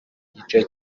gice